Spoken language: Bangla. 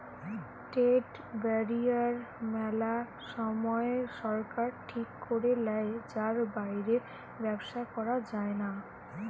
ট্রেড ব্যারিয়ার মেলা সময় সরকার ঠিক করে লেয় যার বাইরে ব্যবসা করা যায়না